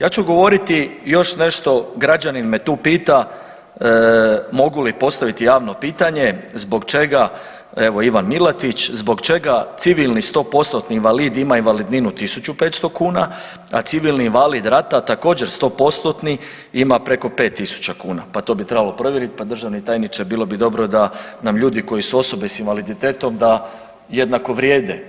Ja ću govoriti još nešto građanin me tu pita, mogu li postaviti javno pitanje zbog čega evo Ivan Milatić, zbog čega civilni 100% invalid imam invalidninu 1.500 kuna, a civilni invalid rata također 100% ima preko 5.000 kuna, pa to bi trebalo provjeriti pa državni tajniče bilo bi dobro da nam ljudi koji su osobe sa invaliditetom da jednako vrijede.